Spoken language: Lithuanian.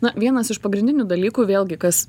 na vienas iš pagrindinių dalykų vėlgi kas